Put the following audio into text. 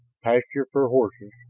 pasturage for horses,